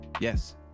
yes